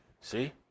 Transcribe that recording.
See